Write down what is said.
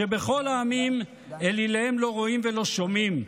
מכל העמים?/ שבכל העמים אליליהם לא רואים ולא שומעים,